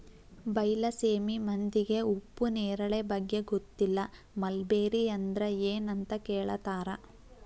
ಬೈಲಸೇಮಿ ಮಂದಿಗೆ ಉಪ್ಪು ನೇರಳೆ ಬಗ್ಗೆ ಗೊತ್ತಿಲ್ಲ ಮಲ್ಬೆರಿ ಅಂದ್ರ ಎನ್ ಅಂತ ಕೇಳತಾರ